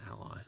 ally